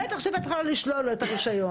ובטח שלא לשלול לו את הרישיון.